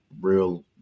real